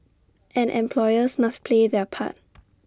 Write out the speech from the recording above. and employers must play their part